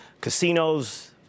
casinos